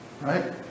Right